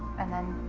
and then